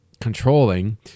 controlling